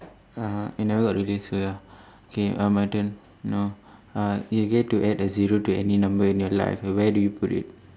uh and I would released so ya okay uh my turn know uh you get to add a zero to any number in your life where where do you put it